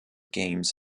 games